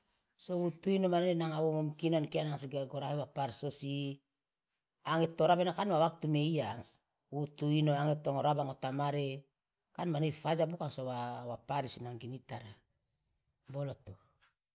so wutu ino mane nanga womomikino an kia gorahe waw parisosi ange toraba kan ena ma waktu meiya wutu ino ange tongraba ngotamare kan mane faja bukan so wa parisi nanga gintara boloto.